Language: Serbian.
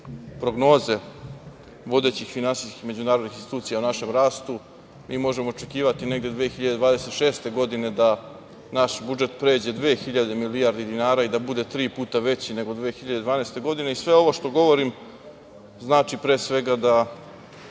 prognoze vodećih finansijskih međunarodnih institucija o našem rastu, mi možemo očekivati negde 2026. godine da naš budžet pređe dve hiljade milijardi dinara i da bude tri puta veći nego 2012. godine. Sve ovo što govorim znači pre svega da